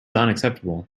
unacceptable